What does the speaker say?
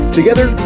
Together